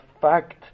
fact